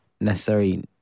necessary